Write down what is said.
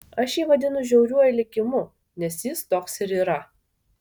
aš jį vadinu žiauriuoju likimu nes jis toks ir yra